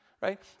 right